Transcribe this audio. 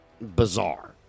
bizarre